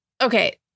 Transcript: okay